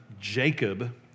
Jacob